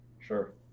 Sure